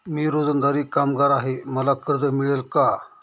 मी रोजंदारी कामगार आहे मला कर्ज मिळेल का?